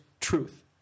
truth